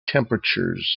temperatures